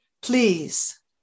please